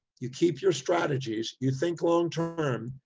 you keep your strategies, you think longterm.